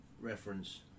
reference